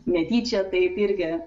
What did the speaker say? netyčia taip irgi